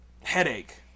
Headache